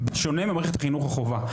בשונה ממערכת החינוך חובה.